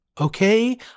Okay